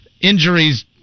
Injuries